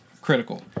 critical